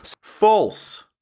False